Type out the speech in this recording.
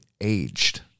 aged